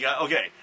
Okay